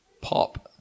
pop